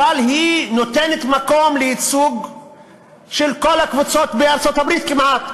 נותנת מקום לייצוג של כל הקבוצות בארצות-הברית כמעט,